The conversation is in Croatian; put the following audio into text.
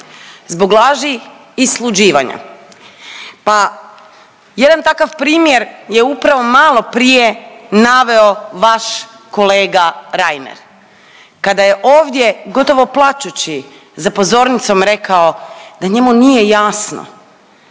zbog laži i sluđivanja, pa jedan takav primjer je upravo maloprije naveo vaš kolega Reiner kada je ovdje gotovo plačući za pozornicom rekao da njemu nije jasno